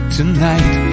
Tonight